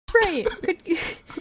right